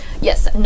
Yes